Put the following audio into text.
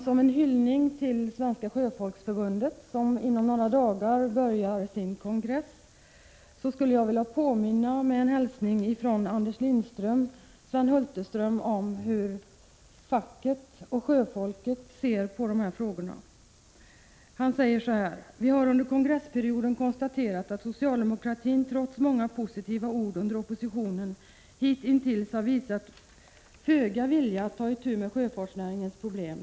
Som en hyllning till Svenska sjöfolksförbundet, som inom några dagar börjar sin kongress, skulle jag med en hälsning från Anders Lindström vilja påminna Sven Hulterström om hur facket och sjöfolket ser på dessa frågor. Anders Lindström säger: ”Vi har under kongressperioden konstaterat att socialdemokratin trots många positiva ord under oppositionen hitintills har visat föga vilja att ta itu med sjöfartsnäringens problem.